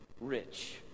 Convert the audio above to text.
rich